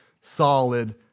solid